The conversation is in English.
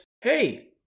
Hey